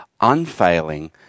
unfailing